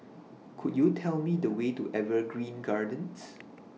Could YOU Tell Me The Way to Evergreen Gardens